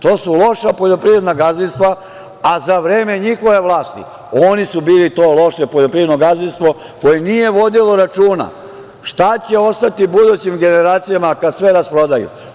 To su loša poljoprivredna gazdinstva, a za vreme njihove vlasti oni su bili to loše poljoprivredno gazdinstvo koje nije vodilo računa šta će ostati budućim generacijama, kada sve rasprodaju.